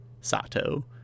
Sato